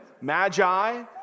magi